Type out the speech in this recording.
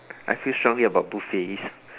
I feel strongly about buffets